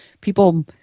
people